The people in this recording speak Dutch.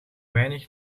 weinig